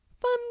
fun